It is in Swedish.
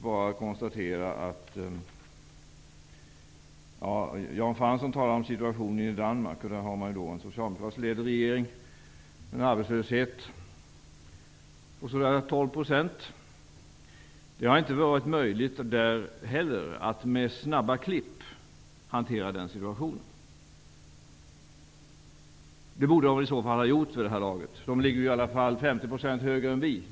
Jan Fransson talade om situationen i Danmark, där man har en socialdemokratiskt ledd regering och en arbetslösheten på ca 12 %. Det har inte heller där varit möjligt att med snabba klipp hantera den situationen. Det borde i annat fall ha gjorts vid det här laget. Danmark har ändå en arbetslöshet som ligger 50 % högre än vår.